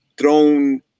thrown